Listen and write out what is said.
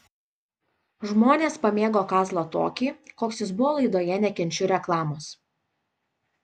žmonės pamėgo kazlą tokį koks jis buvo laidoje nekenčiu reklamos